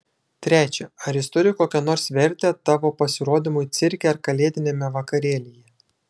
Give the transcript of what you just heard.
trečia ar jis turi kokią nors vertę tavo pasirodymui cirke ar kalėdiniame vakarėlyje